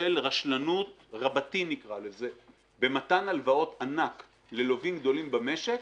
רשלנות רבתי במתן הלוואות ענק ללווים גדולים במשק